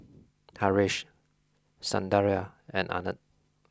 Haresh Sundaraiah and Anand